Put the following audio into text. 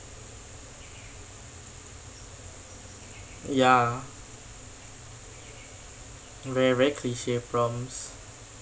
ya very very cliche prompts